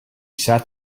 sat